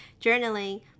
journaling